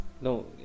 no